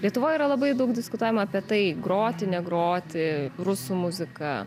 lietuvoj yra labai daug diskutuojama apie tai groti negroti rusų muzika